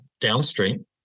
downstream